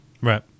Right